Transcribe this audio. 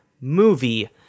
movie